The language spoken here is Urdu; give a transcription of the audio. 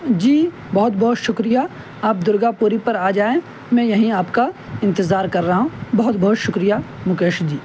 جی بہت بہت شکریہ آپ درگاپوری پر آ جائیں میں یہیں آپ کا انتظار کر رہا ہوں بہت بہت شکریہ مکیش جی